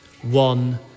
one